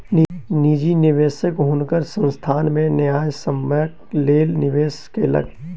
निजी निवेशक हुनकर संस्थान में न्यायसम्यक लेल निवेश केलक